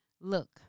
Look